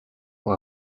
pour